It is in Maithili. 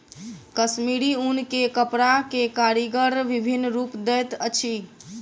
कश्मीरी ऊन के कपड़ा के कारीगर विभिन्न रूप दैत अछि